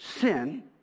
sin